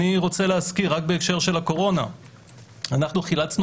אני רוצה להזכיר רק בהקשר של הקורונה שאנחנו חילצנו